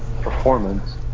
performance